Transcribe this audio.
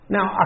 Now